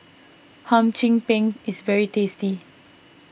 Hum Chim Peng is very tasty